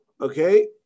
Okay